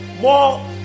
more